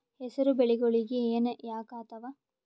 ಹೆಸರು ಬೆಳಿಗೋಳಿಗಿ ಹೆನ ಯಾಕ ಆಗ್ತಾವ?